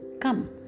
Come